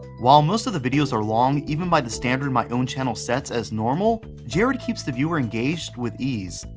while most of the videos are long even by the standard my own channel sets as normal, jarad keeps the viewer engaged with ease.